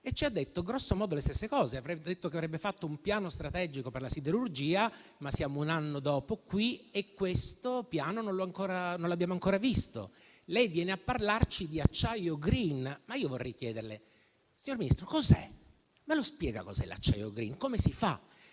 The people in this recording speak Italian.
e ci ha detto grossomodo le stesse cose: ha detto che avrebbe fatto un piano strategico per la siderurgia, ma siamo qui un anno dopo e quel piano non l'abbiamo ancora visto. Lei viene a parlarci di acciaio *green*, ma io vorrei chiederle: signor Ministro, cos'è? Me lo spiega cos'è l'acciaio *green*? Come si fa,